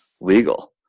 legal